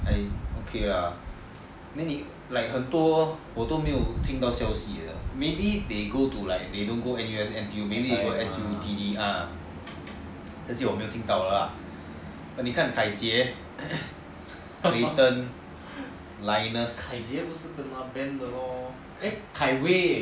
okay lah 很多我都没有听到消息的 maybe they don't go N_T_U and N_U_S maybe they go like S_U_T_D ah 这些我没有听到的 lah 你看 kai jie nathan linus